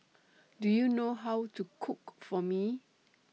Do YOU know How to Cook For Mee